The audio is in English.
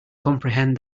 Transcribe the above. comprehend